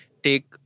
take